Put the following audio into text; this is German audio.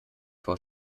vor